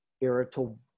irritable